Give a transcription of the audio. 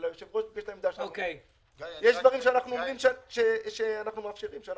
יש דברים שאנחנו אומרים שאנחנו מאפשרים.